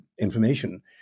information